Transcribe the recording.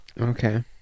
Okay